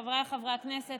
חבריי חברי הכנסת,